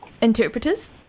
Interpreters